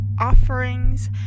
offerings